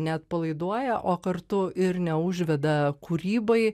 neatpalaiduoja o kartu ir neužveda kūrybai